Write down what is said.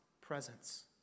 presence